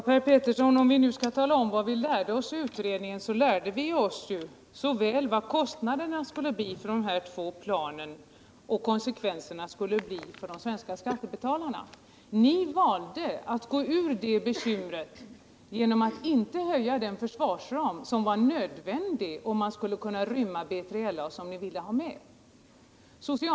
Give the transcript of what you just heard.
Herr talman! Om vi nu skall tala om vad vi lärde oss i utredningen, Per Petersson, så vill jag säga att vi lärde oss såväl vad kostnaderna skulle bli för dessa två plan som vilka konsekvenserna skulle bli för de svenska skattebetalarna. Ni valde att gå ur det bekymret genom att inte företa den höjning av försvarsramen som var nödvändig om den skulle kunna rymma B3LA. som ni ville ha med.